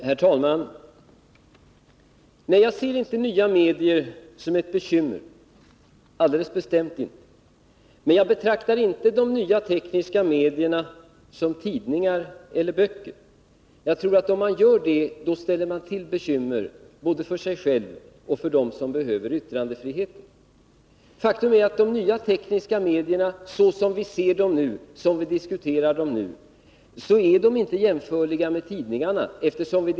Herr talman! Jag ser inte nya medier som ett bekymmer, alldeles bestämt inte! Men jag betraktar inte de nya tekniska medierna som tidningar eller böcker. Om man gör det tror jag att man ställer till bekymmer både för sig själv och för dem som behöver yttrandefriheten. Faktum är att de tekniska medierna — såsom vi ser dem och diskuterar dem nu-—inte är jämförliga med tidningarna.